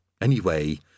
Anyway